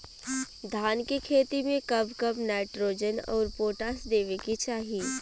धान के खेती मे कब कब नाइट्रोजन अउर पोटाश देवे के चाही?